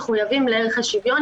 מחויבים לערך השוויון.